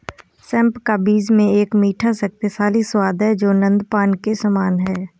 सौंफ का बीज में एक मीठा, शक्तिशाली स्वाद है जो नद्यपान के समान है